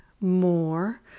More